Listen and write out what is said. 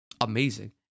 amazing